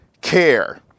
care